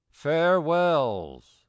farewells